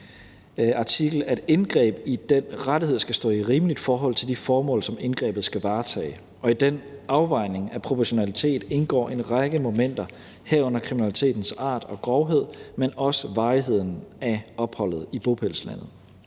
at indgreb i den rettighed skal stå i et rimeligt forhold til de formål, som indgrebet skal varetage, og i den afvejning af proportionaliteten indgår en række momenter, herunder kriminalitetens art og grovhed, men også varigheden af opholdet i bopælslandet.